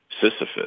Sisyphus